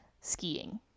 skiing